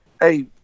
hey